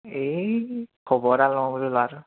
এই খবৰ এটা লওঁ বোলো ল'ৰাটো